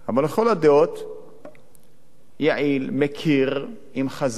אבל לכל הדעות יעיל, מכיר, עם חזון,